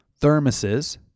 thermoses